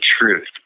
truth